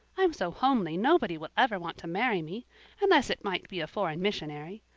i'm so homely nobody will ever want to marry me unless it might be a foreign missionary.